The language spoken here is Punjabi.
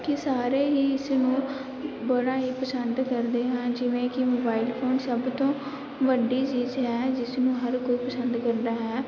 ਕਿ ਸਾਰੇ ਹੀ ਇਸ ਨੂੰ ਬੜਾ ਹੀ ਪਸੰਦ ਕਰਦੇ ਹਾਂ ਜਿਵੇਂ ਕਿ ਮੋਬਾਇਲ ਫ਼ੋਨ ਸਭ ਤੋਂ ਵੱਡੀ ਚੀਜ਼ ਹੈ ਜਿਸ ਨੂੰ ਹਰ ਕੋਈ ਪਸੰਦ ਕਰਦਾ ਹੈ